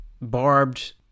barbed